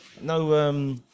no